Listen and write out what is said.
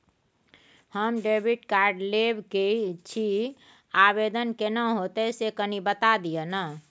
हम debit card लेब के छि, आवेदन केना होतै से कनी बता दिय न?